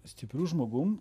stipriu žmogum